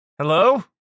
Hello